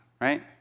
right